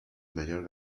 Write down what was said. mayor